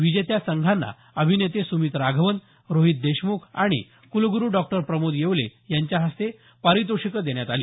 विजेत्या संघांना अभिनेते सुमित राघवन रोहीत देशमुख आणि कुलगुरू डॉक्टर प्रमोद येवले यांच्या हस्ते पारितोषिक देण्यात आली